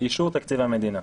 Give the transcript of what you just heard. אישור תקציב המדינה.